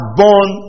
born